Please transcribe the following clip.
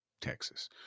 Texas